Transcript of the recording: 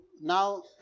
now